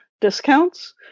discounts